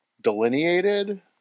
delineated